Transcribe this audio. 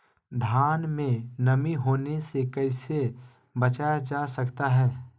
धान में नमी होने से कैसे बचाया जा सकता है?